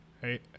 hey